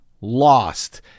lost